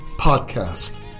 podcast